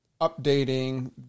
updating